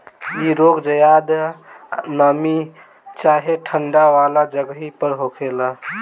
इ रोग ज्यादा नमी चाहे ठंडा वाला जगही पर होखेला